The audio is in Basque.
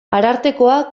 arartekoa